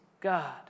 God